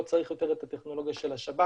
לא צריך יותר את הטכנולוגיה של השב"כ,